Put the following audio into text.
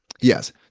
Yes